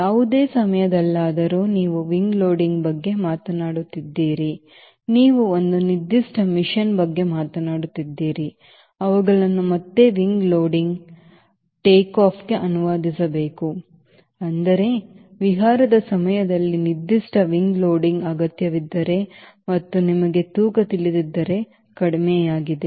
ಯಾವುದೇ ಸಮಯದಲ್ಲಾದರೂ ನೀವು wing loading ಬಗ್ಗೆ ಮಾತನಾಡುತ್ತಿದ್ದೀರಿ ನೀವು ಒಂದು ನಿರ್ದಿಷ್ಟ ಮಿಷನ್ ಬಗ್ಗೆ ಮಾತನಾಡುತ್ತಿದ್ದೀರಿ ಅವುಗಳನ್ನು ಮತ್ತೆ ವಿಂಗ್ ಲೋಡಿಂಗ್wing loading ಟೇಕ್ ಆಫ್ಗೆ ಅನುವಾದಿಸಬೇಕು ಅಂದರೆ ವಿಹಾರದ ಸಮಯದಲ್ಲಿ ನಿರ್ದಿಷ್ಟ wing loading ಅಗತ್ಯವಿದ್ದರೆ ಮತ್ತು ನಿಮಗೆ ತೂಕ ತಿಳಿದಿದ್ದರೆ ಕಡಿಮೆಯಾಗಿದೆ